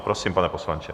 Prosím, pane poslanče.